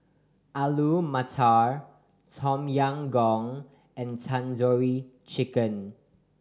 Alu Matar Tom Yam Goong and Tandoori Chicken